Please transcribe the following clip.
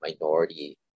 minority